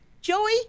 joey